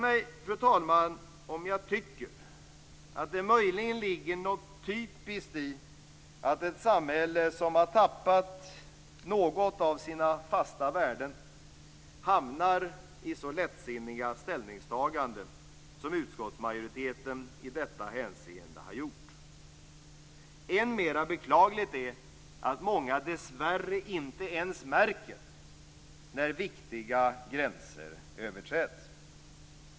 Det må tillåtas mig att tycka att det möjligen ligger något typiskt i att ett samhälle som har tappat något av sina fasta värden kommer fram till så lättsinniga ställningstaganden som utskottsmajoriteten gjort. Än mer beklagligt är att många inte ens märker att viktiga gränser överträds.